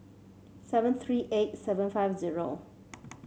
seven three eight seven five zero